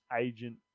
agent